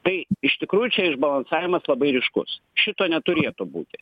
tai iš tikrųjų čia išbalansavimas labai ryškus šito neturėtų būti